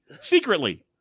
Secretly